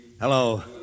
Hello